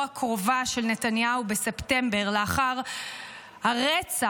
הקרובה של נתניהו בספטמבר לאחר הרצח,